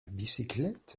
bicyclette